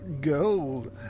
gold